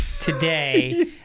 today